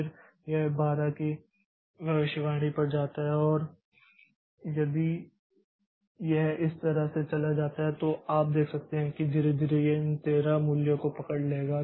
फिर यह 12 की भविष्यवाणी पर जाता है और यदि यह इस तरह से चला जाता है तो आप देख सकते हैं कि धीरे धीरे यह इन 13 मूल्य को पकड़ लेगा